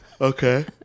Okay